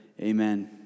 Amen